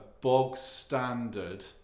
bog-standard